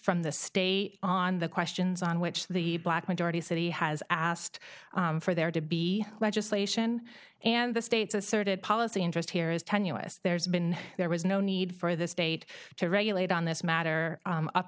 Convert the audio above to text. from the state on the questions on which the black majority city has asked for there to be legislation and the states asserted policy interest here is tenuous there's been there was no need for the state to regulate on this matter up u